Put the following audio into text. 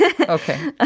Okay